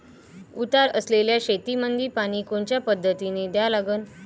उतार असलेल्या शेतामंदी पानी कोनच्या पद्धतीने द्या लागन?